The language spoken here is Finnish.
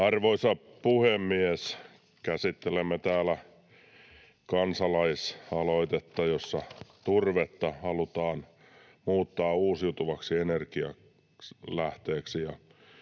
Arvoisa puhemies! Käsittelemme täällä kansalaisaloitetta, jossa turvetta halutaan muuttaa uusiutuvaksi energialähteeksi,